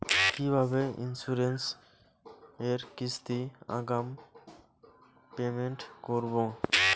কিভাবে ইন্সুরেন্স এর কিস্তি আগাম পেমেন্ট করবো?